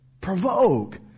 Provoke